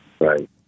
Right